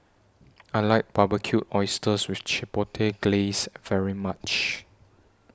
I like Barbecued Oysters with Chipotle Glaze very much